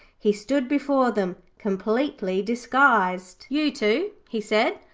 he stood before them completely disguised. you two he said,